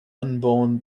unborn